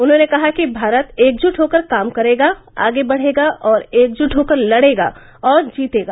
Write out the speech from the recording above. उन्होंने कहा कि भारत एकजुट होकर काम करेगा आगे बढ़ेगा और एकजुट होकर लड़ेगा और जीतेगा